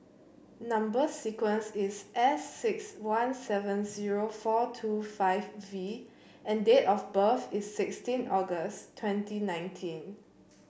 number sequence is S six one seven zero four two five V and date of birth is sixteen August twenty nineteen